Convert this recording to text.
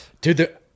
Dude